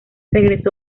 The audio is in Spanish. regresó